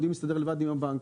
הם יודעים להסתדר לבד עם הבנק.